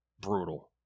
brutal